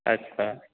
अच्छा